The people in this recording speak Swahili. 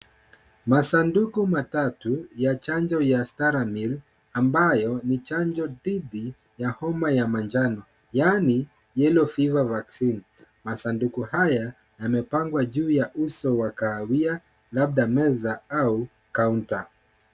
Masanduku matatu ya chanjo ya stamaril. Ambayo ni chanjo dhidi ya homa ya manjano, yaani yellow fever vaccine . Masanduku haya yamepangwa juu ya uso wa kahawia, labda meza au counter.